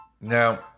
Now